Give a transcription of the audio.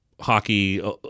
hockey